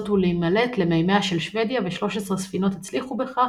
ולהימלט למימיה של שוודיה ו-13 ספינות הצליחו בכך,